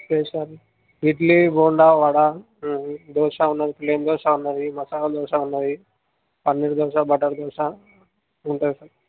ఏది సార్ ఇడ్లీ బోండా వడ దోశ ఉన్నది ప్లేయిన్ దోశ ఉన్నది మసాలా దోశ ఉన్నది పన్నీర్ దోశ బటర్ దోశ ఉంటాయి సార్